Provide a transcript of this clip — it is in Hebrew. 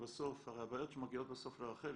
הרי הבעיות שמגיעות בסוף לרחלי